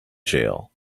jail